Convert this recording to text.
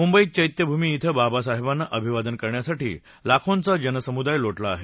मुंबईत चैत्यभूमी इथं बाबासाहेबांना अभिवादन करण्यासाठी लाखोंचा जनसमुदाय लोटला आहे